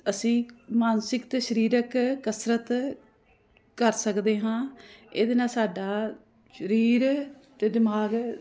ਅਸੀਂ ਮਾਨਸਿਕ ਅਤੇ ਸਰੀਰਕ ਕਸਰਤ ਕਰ ਸਕਦੇ ਹਾਂ ਇਹਦੇ ਨਾਲ ਸਾਡਾ ਸਰੀਰ ਅਤੇ ਦਿਮਾਗ